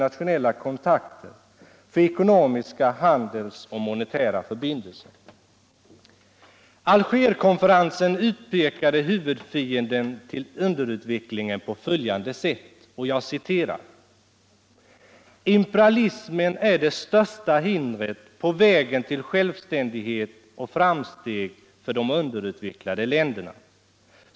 'Algerkonferensen utpekade huvudfienden till underutvecklingen på följande sätt: ”Imperialismen är det största hindret på vägen till själv Internationellt ständighet och framsteg för de underutvecklade länderna.